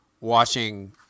watching